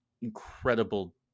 incredible